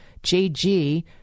JG